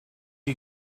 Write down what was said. you